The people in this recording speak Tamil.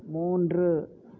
மூன்று